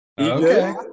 Okay